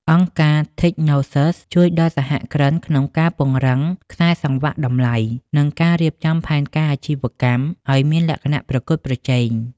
អង្គការ Technoserve ជួយដល់សហគ្រិនក្នុងការពង្រឹង "ខ្សែសង្វាក់តម្លៃ" និងការរៀបចំផែនការអាជីវកម្មឱ្យមានលក្ខណៈប្រកួតប្រជែង។